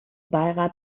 beirat